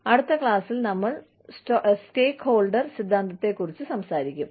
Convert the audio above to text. അടുത്ത ക്ലാസ്സിൽ നമ്മൾ സ്റ്റേക്ക് ഹോൾഡർ സിദ്ധാന്തത്തെക്കുറിച്ച് സംസാരിക്കും